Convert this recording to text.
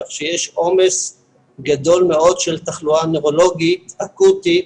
כך שיש עומס גדול מאוד של תחלואה נוירולוגית אקוטית